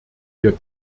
wir